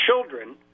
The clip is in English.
children